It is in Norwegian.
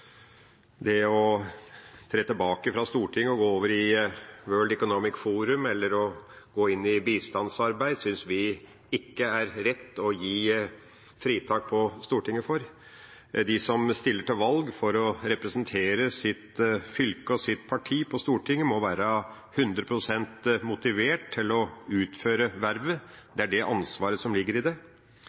Det å tre tilbake fra Stortinget og gå over i World Economic Forum eller å gå inn i bistandsarbeid synes vi ikke det er rett å gi fritak fra Stortinget for. De som stiller til valg for å representere sitt fylke og sitt parti på Stortinget, må være 100 pst. motivert til å utføre vervet. Det er det ansvaret som ligger i det.